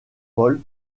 paul